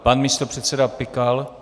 Pan místopředseda Pikal.